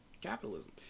capitalism